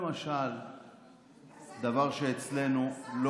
יש עוד הרבה דברים טובים,